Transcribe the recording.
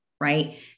right